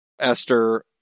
Esther